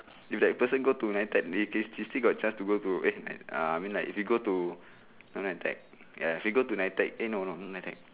if that person go to N_I_T_E_C they can they still got chance to go to eh ah I mean like if you go to N_I_T_E_C ya if you go to N_I_T_E_C eh not not no N_I_T_E_C